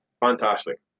fantastic